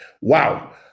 Wow